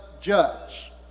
judge